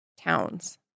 towns